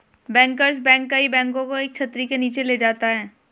bankers bank कई बैंकों को एक छतरी के नीचे ले जाता है